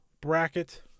bracket